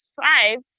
five